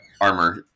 armor